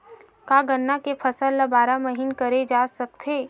का गन्ना के फसल ल बारह महीन करे जा सकथे?